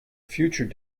future